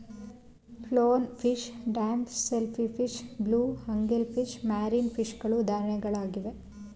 clown fish, damsel fish, blue angel fish, marine ಫಿಷಗಳು ಉದಾಹರಣೆಗಳಾಗಿವೆ